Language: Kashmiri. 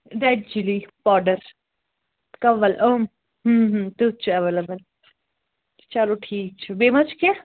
رٮ۪ڈ چِلی پوڈَر کنول اۭں تیُتھ چھِ اٮ۪وٮ۪لیبٕل چلو ٹھیٖک چھُ بیٚیہِ ما چھُ کیٚنہہ